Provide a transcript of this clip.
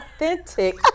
authentic